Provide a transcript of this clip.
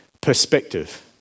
perspective